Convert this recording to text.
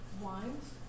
Wines